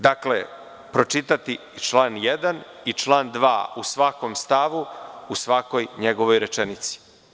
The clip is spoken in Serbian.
Dakle, pročitati član 1. i član 2. u svakom stavu, u svakoj njegovoj rečenici.